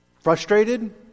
frustrated